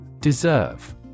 Deserve